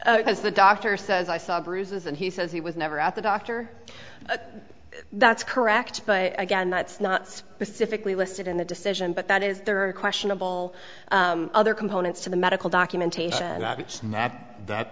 as the doctor says i saw bruises and he says he was never at the doctor that's correct but again that's not specifically listed in the decision but that is there are questionable other components to the medical documentation that